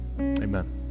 amen